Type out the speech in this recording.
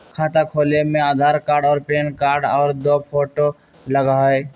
खाता खोले में आधार कार्ड और पेन कार्ड और दो फोटो लगहई?